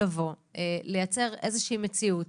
ולייצר איזושהי מציאות